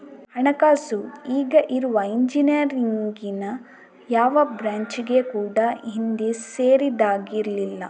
ಹಣಕಾಸು ಈಗ ಇರುವ ಇಂಜಿನಿಯರಿಂಗಿನ ಯಾವ ಬ್ರಾಂಚಿಗೆ ಕೂಡಾ ಹಿಂದೆ ಸೇರಿದ್ದಾಗಿರ್ಲಿಲ್ಲ